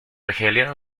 argelia